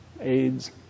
AIDS